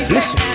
Listen